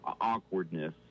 awkwardness